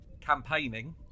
campaigning